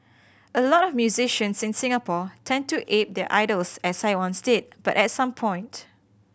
a lot of musicians in Singapore tend to ape their idols as I once did but at some point